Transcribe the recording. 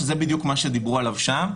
שזה בדיוק מה שדיברו עליו שם.